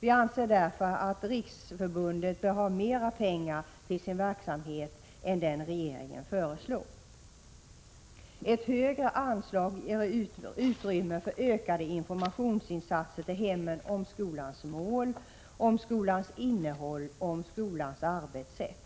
Vi anser därför att riksförbundet bör ha mera pengar till sin verksamhet än vad regeringen föreslår. Ett högre anslag ger utrymme för ökade informationsinsatser till hemmen i fråga om skolans mål, innehåll och arbetssätt.